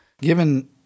given